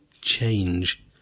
change